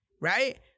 right